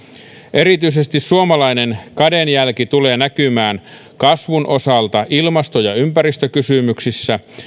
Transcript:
erityisesti suomalainen kädenjälki tulee näkymään kasvun osalta ilmasto ja ympäristökysymyksissä